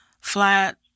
flat